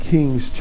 Kings